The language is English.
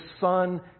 son